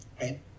right